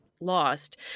lost